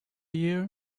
year